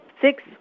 six